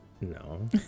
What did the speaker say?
No